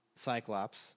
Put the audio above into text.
Cyclops